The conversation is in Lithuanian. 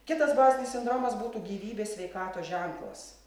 kitas bazinis sindromas būtų gyvybės sveikatos ženklas